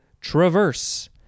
traverse